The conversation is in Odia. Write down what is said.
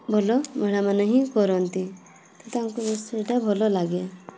ଭଲ ମହିଳାମାନେ ହିଁ କରନ୍ତି ତ ତାଙ୍କୁ ରୋଷେଇଟା ଭଲ ଲାଗେ